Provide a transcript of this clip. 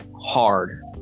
hard